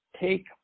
take